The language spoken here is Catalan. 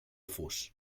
fus